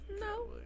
No